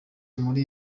muri